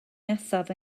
nesaf